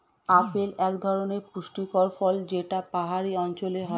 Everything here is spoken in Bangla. আপেল এক ধরনের পুষ্টিকর ফল যেটা পাহাড়ি অঞ্চলে হয়